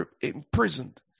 imprisoned